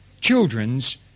children's